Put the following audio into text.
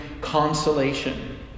consolation